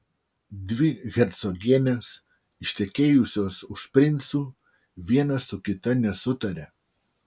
dvi hercogienės ištekėjusios už princų viena su kita nesutaria